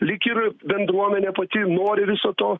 lyg ir bendruomenė pati nori viso to